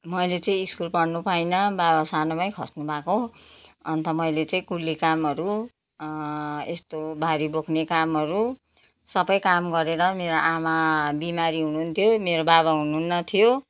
मैले चाहिँ स्कुल पढ्नु पाइनँ बाबा सानोमै खस्नु भएको अन्त मैले चाहिँ कुल्ली कामहरू यस्तो भारी बोक्ने कामहरू सबै काम गरेर मेरो आमा बिमारी हुनुहुन्थ्यो मेरो बाबा हुनुहुन्न थियो